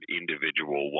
individual